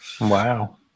Wow